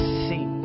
see